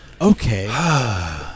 okay